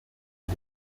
les